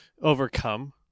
overcome